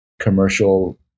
commercial